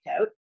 out